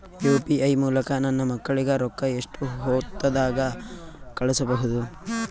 UPI ಮೂಲಕ ನನ್ನ ಮಕ್ಕಳಿಗ ರೊಕ್ಕ ಎಷ್ಟ ಹೊತ್ತದಾಗ ಕಳಸಬಹುದು?